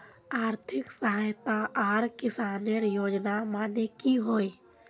आर्थिक सहायता आर किसानेर योजना माने की होय?